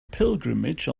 pilgrimage